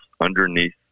underneath